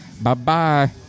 Bye-bye